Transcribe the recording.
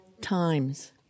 times